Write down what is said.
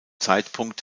zeitpunkt